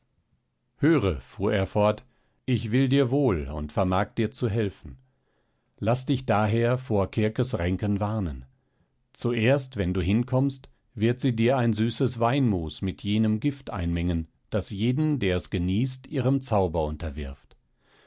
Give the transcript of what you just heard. höre fuhr er fort ich will dir wohl und vermag dir zu helfen laß dich daher vor kirkes ränken warnen zuerst wenn du hinkommst wird sie dir ein süßes weinmus mit jenem gift einmengen das jeden der es genießt ihrem zauber unterwirft